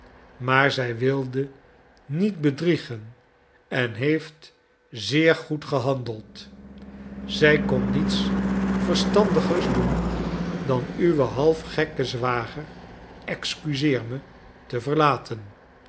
maar zij wilde niet bedriegen en heeft zeer goed gehandeld zij kon niets verstandigers doen dan uwen half gekken zwager excuseer me te verlaten